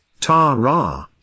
Ta-ra